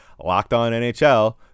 LOCKEDONNHL